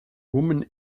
woman